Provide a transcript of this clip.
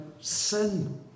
sin